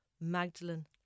Magdalene